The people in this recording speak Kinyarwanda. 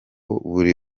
buri